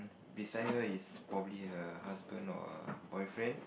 beside her is probably her husband or her boyfriend